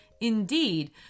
Indeed